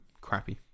crappy